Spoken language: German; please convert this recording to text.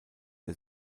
der